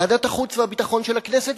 ועדת החוץ והביטחון של הכנסת,